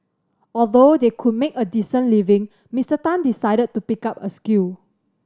although they could make a decent living Mister Tan decided to pick up a skill